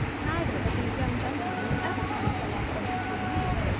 neither of these young gentlemen would ever come so often to see me.